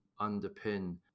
underpin